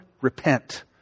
Repent